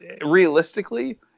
Realistically